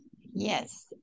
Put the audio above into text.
yes